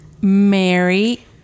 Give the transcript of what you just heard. mary